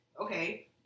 okay